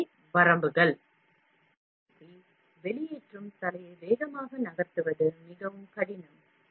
இதையொட்டி extrusion head யை வேகமாக நகர்த்துவது மிகவும் கடினம்